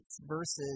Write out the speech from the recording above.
versus